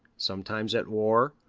sometimes at war,